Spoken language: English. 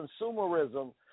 consumerism